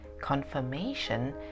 Confirmation